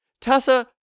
Tessa